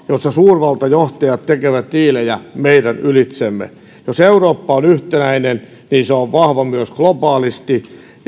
jossa suurvaltajohtajat tekevät diilejä meidän ylitsemme jos eurooppa on yhtenäinen niin se on vahva myös globaalisti